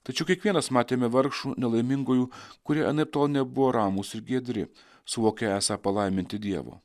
tačiau kiekvienas matėme vargšų nelaimingųjų kurie anaiptol nebuvo ramūs ir giedri suvokę esą palaiminti dievo